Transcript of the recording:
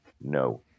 no